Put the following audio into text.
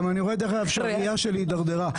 אני גם רואה שהראייה שלי הידרדרה.